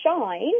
shine